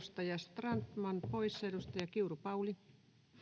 140] Speaker: Ensimmäinen varapuhemies Paula